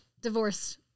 divorced